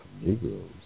Negroes